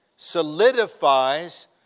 solidifies